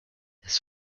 his